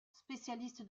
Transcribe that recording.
spécialiste